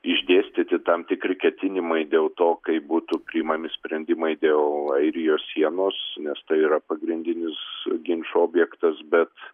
išdėstyti tam tikri ketinimai dėl to kaip būtų priimami sprendimai dėl airijos sienos nes tai yra pagrindinis ginčo objektas bet